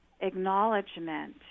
acknowledgement